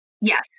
Yes